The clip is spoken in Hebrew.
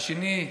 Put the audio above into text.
השני,